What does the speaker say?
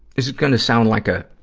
is gonna sound like a